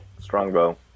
Strongbow